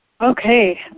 Okay